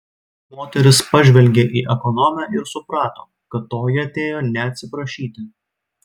moteris pažvelgė į ekonomę ir suprato kad toji atėjo ne atsiprašyti